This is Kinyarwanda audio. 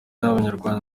abanyarwanda